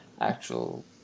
actual